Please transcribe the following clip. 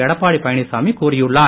எடப்பாடி பழனிச்சாமி கூறியுள்ளார்